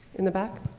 in the back.